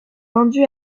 vendu